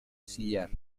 sillar